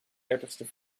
dertigste